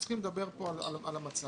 אנחנו צריכים לדבר פה על המצב.